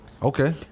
Okay